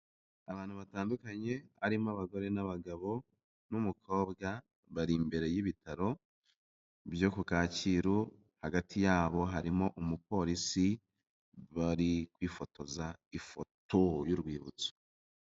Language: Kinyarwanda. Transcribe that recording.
Abantu batandukanye harimo abagore n'abagabo n'umukobwa, bari imbere y'ibitaro byo ku Kacyiru hagati yabo harimo umupolisi bari kwifotoza ifoto y'urwibutso.